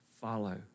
follow